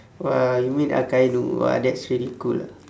!wah! you mean akainu !wah! that's really cool ah